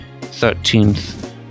thirteenth